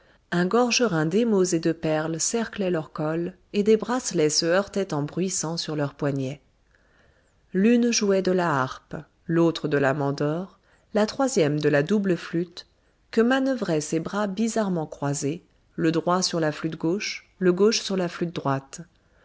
un gorgerin d'émaux et de perles cerclait leur col et des bracelets se heurtaient en bruissant sur leurs poignets l'une jouait de la harpe l'autre de la mandore la troisième de la double flûte que manœuvraient ses bras bizarrement croisés le droit sur la flûte gauche le gauche sur la flûte droite